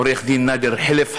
עורך-דין נאדר חילף,